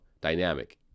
dynamic